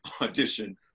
audition